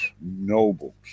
nobles